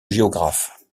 géographe